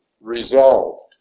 resolved